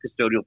custodial